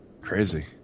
Crazy